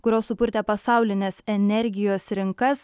kurios supurtė pasaulines energijos rinkas